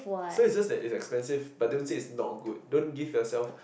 so is just that is expensive but don't say is not good don't give yourself